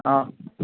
आं